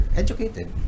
educated